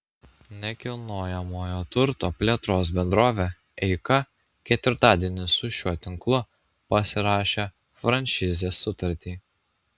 nekilnojamojo turto plėtros bendrovė eika ketvirtadienį su šiuo tinklu pasirašė franšizės sutartį